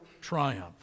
triumph